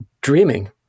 dreaming